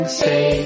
say